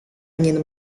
ingin